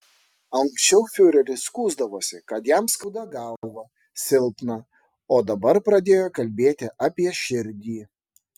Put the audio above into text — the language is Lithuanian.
anksčiau fiureris skųsdavosi kad jam skauda galvą silpna o dabar pradėjo kalbėti apie širdį